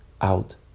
out